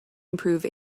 improve